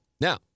now